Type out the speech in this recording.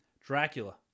dracula